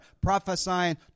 prophesying